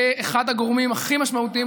זה אחד הגורמים הכי משמעותיים,